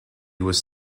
was